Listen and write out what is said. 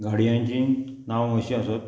गाडयांची नांव अशी आसत